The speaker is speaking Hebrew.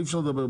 אי אפשר לדבר.